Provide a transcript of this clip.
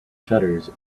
shutters